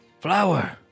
Flower